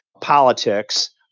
politics